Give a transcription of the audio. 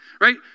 Right